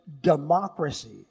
democracy